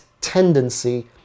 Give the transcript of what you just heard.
tendency